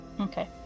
Okay